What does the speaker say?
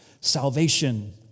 salvation